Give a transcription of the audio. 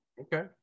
Okay